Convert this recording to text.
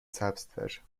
سبزتر